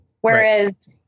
Whereas